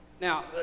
Now